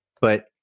but-